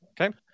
Okay